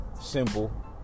Simple